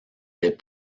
des